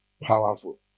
powerful